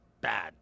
Bad